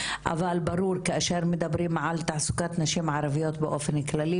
אבל ברור שכאשר מדברים על תעסוקת נשים ערביות באופן כללי,